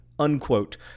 Unquote